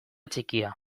txikia